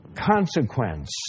consequence